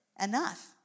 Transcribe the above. enough